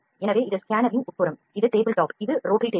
எனவே இது ஸ்கேனரின் உட்புறம் இது டேபிள் டாப் இது ரோட்டரி டேபிள்